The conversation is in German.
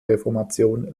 reformation